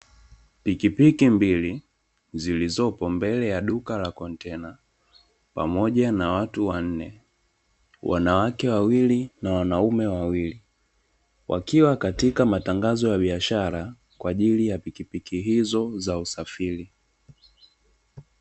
Pikipiki mbili zilizopo mbele ya duka la kontena pamoja na watu wanne (wanawake wawili na wanaume wawili). Wakiwa katika matangazo ya biashara kwa ajili ya pikipiki hizo za usafiri.